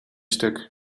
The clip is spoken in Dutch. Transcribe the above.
stuk